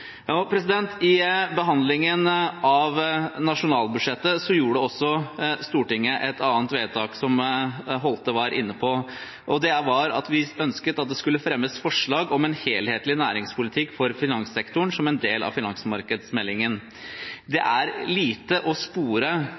I behandlingen av nasjonalbudsjettet gjorde Stortinget også et annet vedtak, som Holthe var inne på. Det var at vi ønsket at det skulle fremmes forslag om en helhetlig næringspolitikk for finanssektoren som en del av finansmarkedsmeldingen. Det er lite å spore